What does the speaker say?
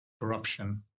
corruption